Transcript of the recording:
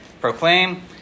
proclaim